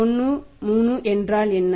013 என்றால் என்ன